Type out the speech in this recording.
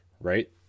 right